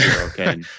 Okay